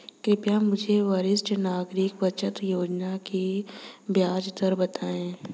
कृपया मुझे वरिष्ठ नागरिक बचत योजना की ब्याज दर बताएं